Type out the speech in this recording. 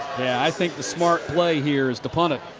yeah, i think the smart play here is to punt it,